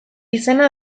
izena